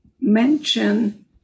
mention